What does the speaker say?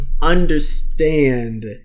understand